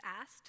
asked